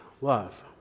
love